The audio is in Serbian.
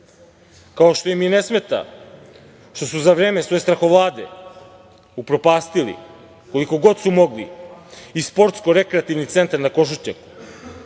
kao što im i ne smeta što su za vreme svoje strahovlade upropastili koliko god su mogli i Sportsko rekreativni centar na Košutnjaku,